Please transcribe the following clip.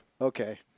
Okay